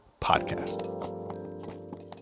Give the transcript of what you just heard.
Podcast